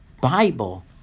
Bible